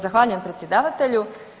Zahvaljujem predsjedavatelju.